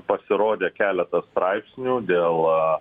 pasirodė keletas straipsnių dėl